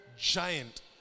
giant